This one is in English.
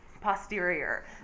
posterior